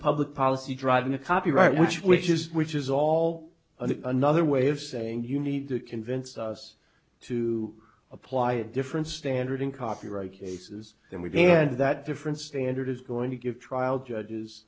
public policy driving a copyright which which is which is all another way of saying you need to convince us to apply a different standard in copyright cases than we can do that different standard is going to give trial judges